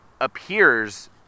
appears